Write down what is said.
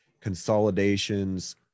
consolidations